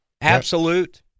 absolute